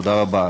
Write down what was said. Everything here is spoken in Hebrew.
תודה רבה.